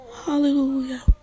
Hallelujah